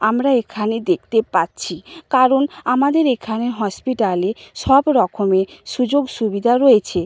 আমরা এখানে দেখতে পাচ্ছি কারণ আমাদের এখানে হসপিটালে সব রকমের সুযোগ সুবিধা রয়েছে